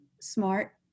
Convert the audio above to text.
smart